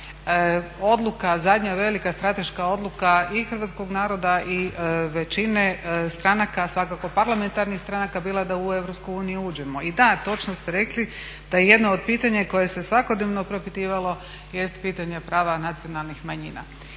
odluka zadnja velika strateška odluka i hrvatskog naroda i većine stranaka, svakako parlamentarnih stranaka, bila da u EU uđemo. I da, točno ste rekli da jedno od pitanja koje se svakodnevno propitivalo jest pitanje prava nacionalnih manjina.